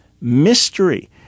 mystery